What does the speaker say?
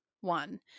One